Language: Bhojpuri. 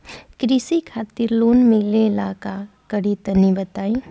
कृषि खातिर लोन मिले ला का करि तनि बताई?